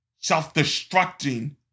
self-destructing